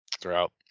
throughout